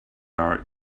our